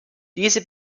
diese